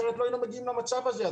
אחרת לא היינו מגיעים למצב הזה.